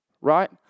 right